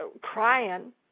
crying